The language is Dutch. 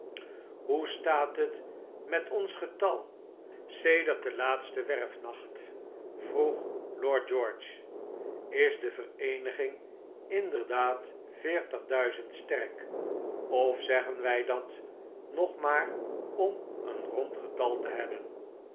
hoe staat het met ons getal sedert den laatsten werfnachtr vroeg lord george is de vereeniging inderdaad veertig duizend sterk of zeggen wij dat nog maar om een rond getal te nemen